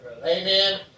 Amen